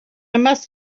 must